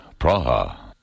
Praha